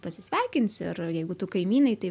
pasisveikins ir jeigu tu kaimynai tai